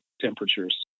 temperatures